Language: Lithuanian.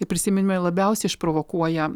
ir prisiminimai labiausiai išprovokuoja